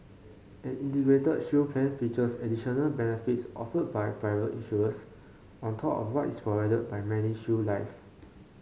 an Integrated Shield Plan features additional benefits offered by private insurers on top of what is provided by MediShield Life